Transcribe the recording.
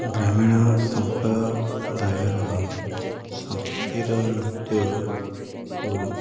ଗ୍ରାମୀଣ ସମ୍ପ୍ରଦାୟର ସଂସ୍କୃତିର ନୃତ୍ୟ କୁ